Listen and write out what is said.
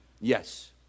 Yes